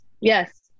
yes